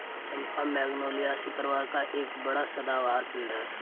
चंपा Magnoliaceae परिवार का एक बड़ा सदाबहार पेड़ है